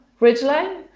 Ridgeline